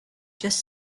just